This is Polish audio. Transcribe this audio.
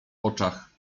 oczach